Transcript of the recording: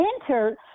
entered